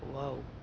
wow